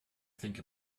think